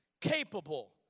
capable